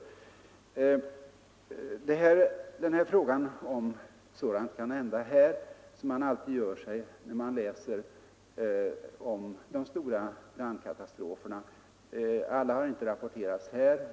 Den fråga som man alltid ställer sig när man läser om de stora brandkatastroferna är: Kan sådant hända här? Alla brandkatastrofer rapporteras inte i svenska tidningar.